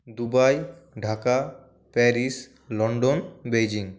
Dubai Dhaka Paris London Beijing